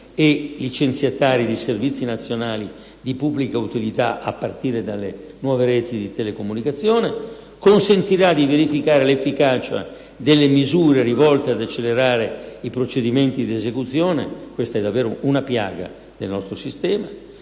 e licenziatari di servizi nazionali di pubblica utilità, a partire dalle nuove reti di telecomunicazione, consentirà di verificare l'efficacia delle misure rivolte ad accelerare i procedimenti di esecuzione (questa è davvero una piaga del nostro sistema)